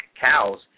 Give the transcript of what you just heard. cows